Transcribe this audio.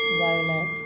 violet